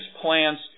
plans